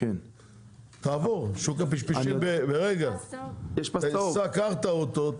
תעבור בשוק הפשפשים קח את האוטו,